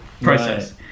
process